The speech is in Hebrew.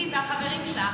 היא והחברים שלה,